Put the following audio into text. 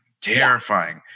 Terrifying